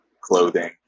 clothing